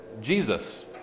Jesus